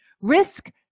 risk